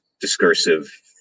discursive